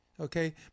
Okay